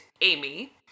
Amy